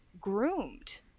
groomed